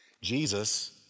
Jesus